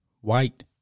white